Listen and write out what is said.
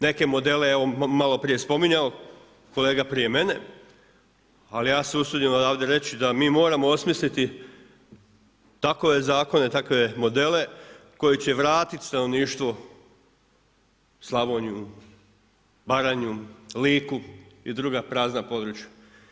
Neke modele je evo malo prije spominjao kolega prije mene ali ja se usudim odavdje reći da mi moramo osmisliti takve zakone, takve modele koje će vratiti stanovništvo u Slavoniju, Baranju, Liku i druga prazna područja.